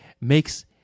makes